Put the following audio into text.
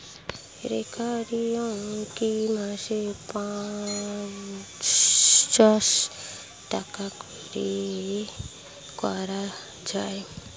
Recurring কি মাসে পাঁচশ টাকা করে করা যায়?